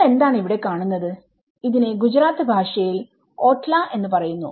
നിങ്ങൾ എന്താണ് ഇവിടെ കാണുന്നത് ഇതിനെ ഗുജറാത്ത് ഭാഷയിൽ ഓട്ല എന്ന് പറയുന്നു